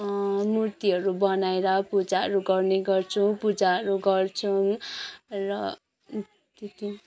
मूर्तिहरू बनाएर पूजाहरू गर्ने गर्छौँ पूजाहरू गर्छौँ र त्यति नै